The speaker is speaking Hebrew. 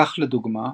כך לדוגמה,